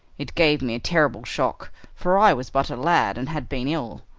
it gave me a terrible shock for i was but a lad and had been ill.